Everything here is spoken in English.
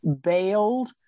bailed